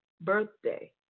birthday